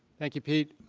thank you, pete.